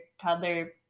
toddler